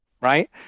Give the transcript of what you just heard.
right